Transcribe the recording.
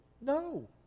No